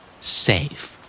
Safe